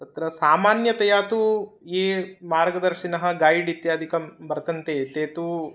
तत्र सामान्यतया तु ये मार्गदर्शिनः गैड् इत्यादिकं वर्तन्ते ते तु